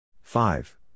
Five